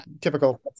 typical